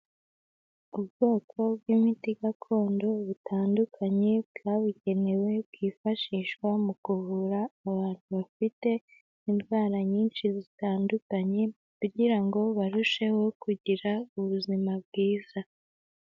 Ubwoko bw'imiti gakondo butandukanye bwabugenewe, bwifashishwa mu kuvura abantu bafite indwara nyinshi zitandukanye, kugira ngo barusheho kugira ubuzima bwiza.